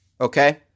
okay